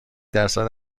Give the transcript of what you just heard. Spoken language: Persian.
درصد